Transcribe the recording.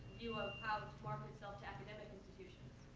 view of how to market itself to academic